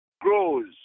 grows